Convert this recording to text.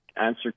answer